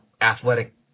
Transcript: athletic